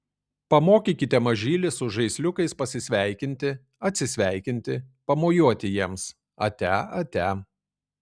pamokykite mažylį su žaisliukais pasisveikinti atsisveikinti pamojuoti jiems atia atia